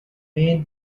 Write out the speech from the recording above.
made